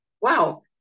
wow